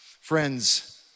Friends